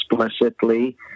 explicitly